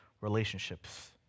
relationships